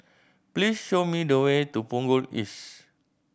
please show me the way to Punggol East